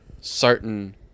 certain